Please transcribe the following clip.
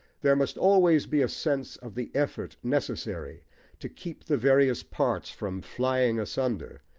there must always be a sense of the effort necessary to keep the various parts from flying asunder,